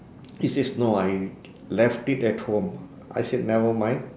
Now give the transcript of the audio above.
he says no I left it at home I said never mind